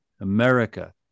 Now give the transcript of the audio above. America